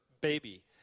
baby